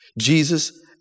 Jesus